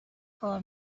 کار